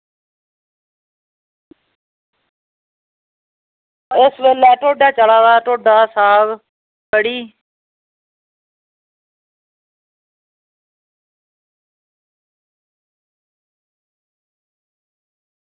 इस बेल्लै ढोड्डा चला दा ढोड्डा साग कढ़ी